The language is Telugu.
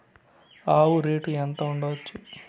ఆవు రేటు ఎంత ఉండచ్చు?